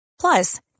Plus